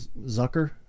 Zucker